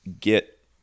get